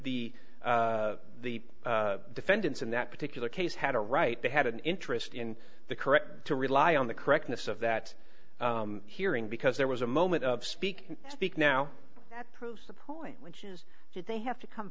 the the defendants in that particular case had a right they had an interest in the correct to rely on the correctness of that hearing because there was a moment of speak speak now that proves the point which is did they have to come